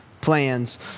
plans